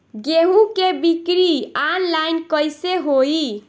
गेहूं के बिक्री आनलाइन कइसे होई?